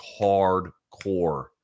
hardcore